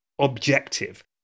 objective